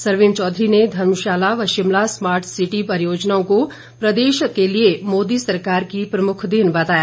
सरवीण चौधरी ने धर्मशाला व Shimla smart city परियोजनाओं को प्रदेश के लिए मोदी सरकार की प्रमुख देन बताया